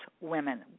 Women